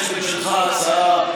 יש לי בשבילך הצעה.